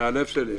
זה מהלב שלי.